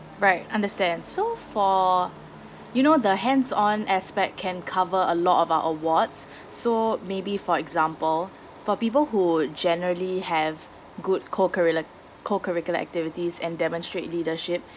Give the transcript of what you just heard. right understand so for you know the hands on aspect can cover a lot of our awards so maybe for example for people who generally have good co curricular co curricular activities and demonstrate leadership